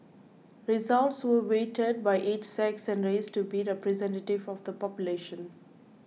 results were weighted by age sex and race to be representative of the population